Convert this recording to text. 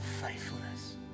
faithfulness